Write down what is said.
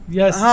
Yes